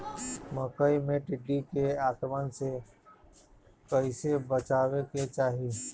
मकई मे टिड्डी के आक्रमण से कइसे बचावे के चाही?